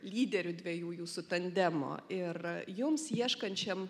lyderių dviejų jūsų tandemo ir jums ieškančiam